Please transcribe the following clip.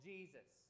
Jesus